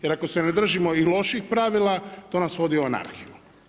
Jer ako se ne držimo i loših pravila to nas vodi u anarhiju.